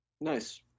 Nice